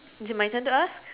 is it my turn to ask